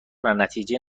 نتیجه